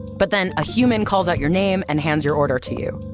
but then a human calls out your name and hands your order to you.